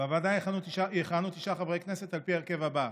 בוועדה יכהנו תשעה חברי כנסת על פי ההרכב הזה: